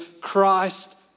Christ